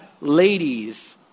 ladies